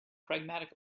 pragmatic